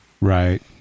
Right